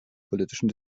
politischen